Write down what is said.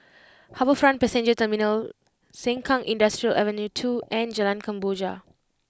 HarbourFront Passenger Terminal Sengkang Industrial Ave Two and Jalan Kemboja